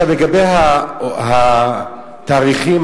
לגבי התאריכים,